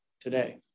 today